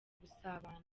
gusabana